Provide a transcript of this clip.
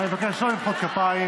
אני מבקש לא למחוא כפיים.